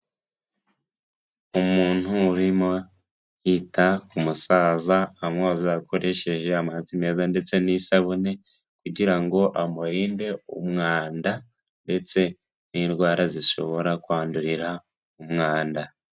Umuntu urimo yita ku musaza amwoza yakoresheje amazi meza ndetse n'isabune kugira ngo amurinde umwanda ndetse n'indwara zishobora kwandurira mu mwanda.